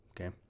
Okay